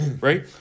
Right